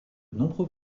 nombreux